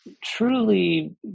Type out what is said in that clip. truly